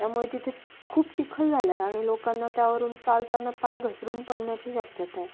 त्यामुळे तिथे खूप चिखल झालंय आणि लोकांना त्यावरून चालताना पाय घसरून पडण्याची शक्यता आहे